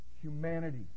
humanity